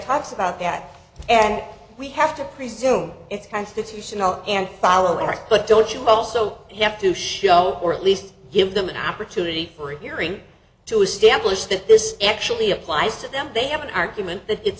talks about that and we have to presume it's constitutional and followers but don't you also have to show or at least give them an opportunity for a hearing to establish that this actually applies to them they have an argument that it